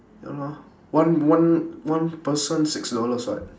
ya lor one one one person six dollars [what]